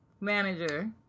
manager